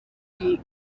iyi